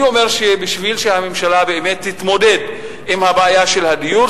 אני אומר שבשביל שהממשלה באמת תתמודד עם בעיית הדיור,